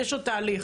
יש עוד תהליך,